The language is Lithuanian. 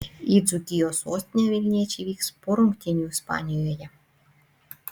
į dzūkijos sostinę vilniečiai vyks po rungtynių ispanijoje